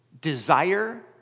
desire